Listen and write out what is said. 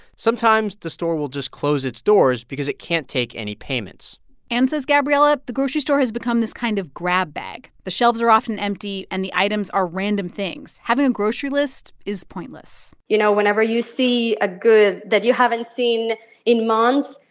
sometimes, the store will just close its doors because it can't take any payments and, says gabriela, the grocery store has become this kind of grab bag. the shelves are often empty, and the items are random things. having a grocery list is pointless you know, whenever you see a good that you haven't seen in months,